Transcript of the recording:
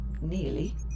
nearly